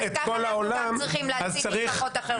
אז ככה אנחנו גם צריכים להציל משפחות אחרות.